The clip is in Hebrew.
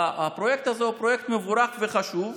הפרויקט הזה הוא פרויקט מבורך וחשוב,